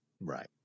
Right